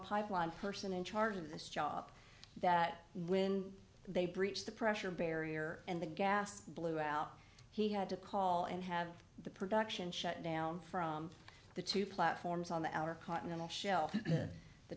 pipeline person in charge of this job that when they breached the pressure barrier and the gas blew out he had to call and have the production shut down from the two platforms on the outer continental shelf the